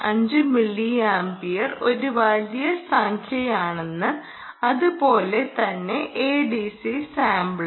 5 milliampere ഒരു വലിയ സംഖ്യയാണ് അതുപോലെ തന്നെ ADC സാമ്പിളും